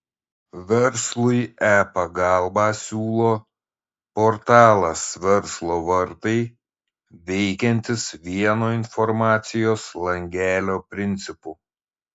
verslui e pagalbą siūlo portalas verslo vartai veikiantis vieno informacijos langelio principu